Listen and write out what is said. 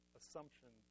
assumption